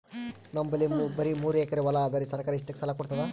ನಮ್ ಬಲ್ಲಿ ಬರಿ ಮೂರೆಕರಿ ಹೊಲಾ ಅದರಿ, ಸರ್ಕಾರ ಇಷ್ಟಕ್ಕ ಸಾಲಾ ಕೊಡತದಾ?